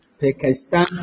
Pakistan